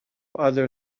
other